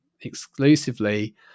exclusively